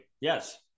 Yes